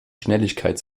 schnelligkeit